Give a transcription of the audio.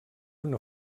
una